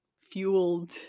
fueled